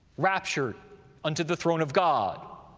raptured unto the throne of god.